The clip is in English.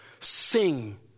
Sing